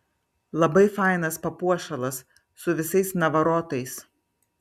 labai fainas papuošalas su visais navarotais